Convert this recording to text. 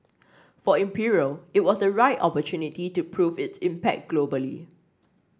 for imperial it was the right opportunity to prove its impact globally